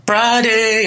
Friday